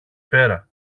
πέρα